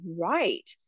right